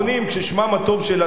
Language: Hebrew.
ששמם הטוב של אנשים,